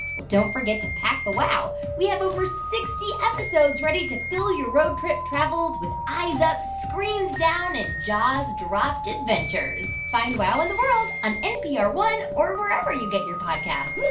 well, don't forget to pack the wow. we have over sixty episodes ready to fill your road trip travels with eyes-up, screens-down and jaws-dropped adventures. find wow in the world on npr one or wherever you get your podcasts